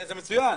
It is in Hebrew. זה מצוין.